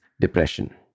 depression